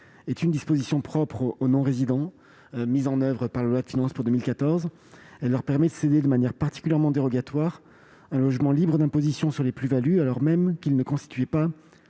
est une disposition propre aux non-résidents, mise en oeuvre par la loi de finances pour 2014. Elle leur permet de céder de manière particulièrement dérogatoire un logement libre d'imposition sur les plus-values, alors même qu'il ne constituait pas